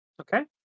Okay